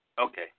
Okay